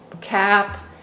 cap